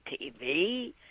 tv